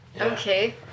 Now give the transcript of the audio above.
okay